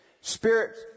Spirit